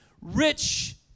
Rich